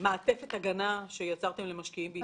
מעטפת ההגנה שיצרתם למשקיעים בישראל?